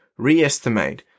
reestimate